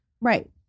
Right